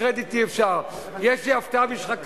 שאפשר ליישם את